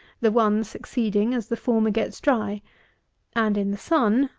the one succeeding as the former gets dry and in the sun,